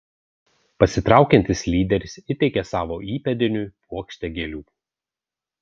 pasitraukiantis lyderis įteikė savo įpėdiniui puokštę gėlių